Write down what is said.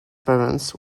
parents